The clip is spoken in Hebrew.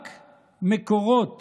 רק מקורות